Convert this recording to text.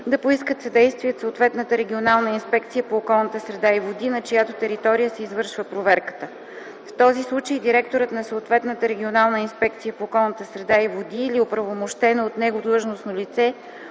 да поискат съдействие от съответната регионална инспекция по околната среда и води, на чиято територия се извършва проверката. В тези случаи директорът на съответната регионална инспекция по околната среда и води или оправомощено от него длъжностно лице